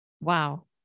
Wow